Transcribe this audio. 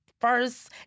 first